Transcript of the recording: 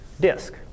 disk